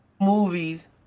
movies